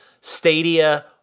Stadia